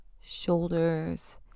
shoulders